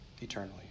eternally